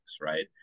right